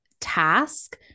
task